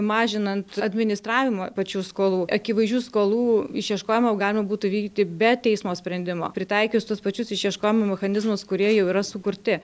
mažinant administravimą pačių skolų akivaizdžių skolų išieškojimą galima būtų įvykdyti be teismo sprendimo pritaikius tuos pačius išieškojimo mechanizmus kurie jau yra sukurti